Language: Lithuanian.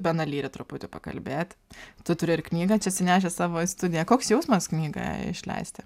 beną lyrį truputį pakalbėt tu turi ir knygą čia atsinešęs savo studiją koks jausmas knygą išleisti